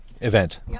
event